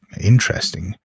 interesting